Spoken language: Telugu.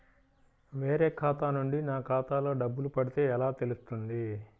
వేరే ఖాతా నుండి నా ఖాతాలో డబ్బులు పడితే ఎలా తెలుస్తుంది?